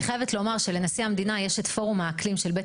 אני חייבת לומר שלנשיא המדינה יש את פורום האקלים של בית